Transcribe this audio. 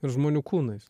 ir žmonių kūnais